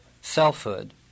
selfhood